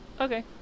okay